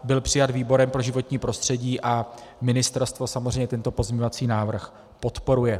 Byl přijat výborem pro životní prostředí a ministerstvo samozřejmě tento pozměňovací návrh podporuje.